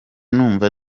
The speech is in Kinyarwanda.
numva